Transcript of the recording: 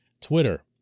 Twitter